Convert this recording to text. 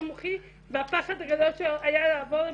מוחי והפחד הגדול שלו היה לעבור למוסד.